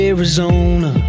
Arizona